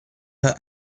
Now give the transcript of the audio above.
her